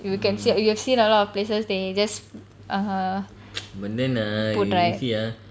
you can se~ you've seen a lot of places they just err put right